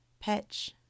pitch